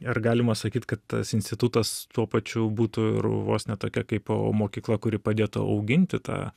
ir galima sakyt kad tas institutas tuo pačiu būtų ir vos ne tokia kaip o mokykla kuri padėtų auginti tą